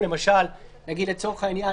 למשל לצורך העניין,